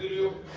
you